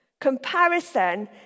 Comparison